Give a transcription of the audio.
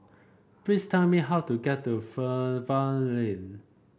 please tell me how to get to Fernvale Lane